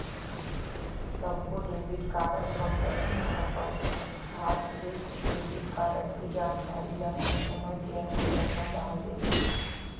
सब्बो debit card company ह अपन हॉटलिस्ट डेबिट कारड के जानकारी ल कस्टमर केयर नंबर म डाल देथे